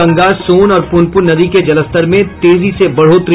गंगा सोन और पुनपुन नदी के जलस्तर में तेजी से बढ़ोतरी